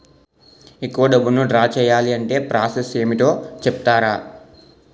ఎక్కువ డబ్బును ద్రా చేయాలి అంటే ప్రాస సస్ ఏమిటో చెప్తారా?